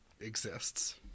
exists